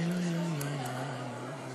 ההצעה להעביר